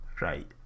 right